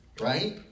right